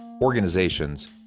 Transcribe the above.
organizations